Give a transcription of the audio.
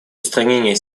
устранения